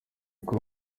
kuri